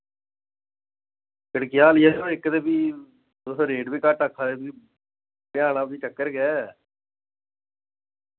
वी ऐ ना इक ते फ्ही तुस रेट बी घट्ट आक्खा दे ते फ्ही लेआना बी चक्कर गै